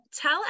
Tell